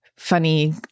funny